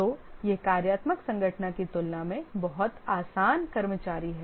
तो यह कार्यात्मक संगठन की तुलना में बहुत आसान कर्मचारी है